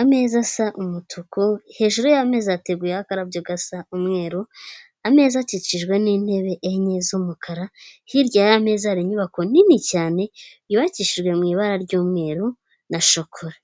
Ameza asa umutuku, hejuru y'ameza hateguyeho akarabyo gasa umweru, ameza akikijwe n'intebe enye z'umukara, hirya y'aya meza hari inyubako nini cyane yubakishijwe mu ibara ry'umweru na shokora.